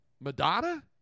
Madonna